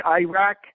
Iraq